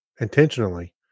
intentionally